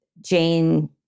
Jane